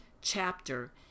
chapter